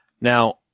Now